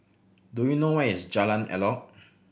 do you know where is Jalan Elok